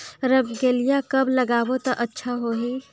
रमकेलिया कब लगाबो ता अच्छा होही?